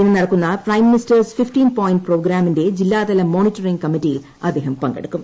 ഇന്ന് നടക്കുന്ന prime ministers fifteen point പ്രോഗ്രാമിന്റെ ജില്ലാതല മോണിറ്ററിങ് കമ്മിറ്റിയിൽ അദ്ദേഹം പങ്കെടുക്കും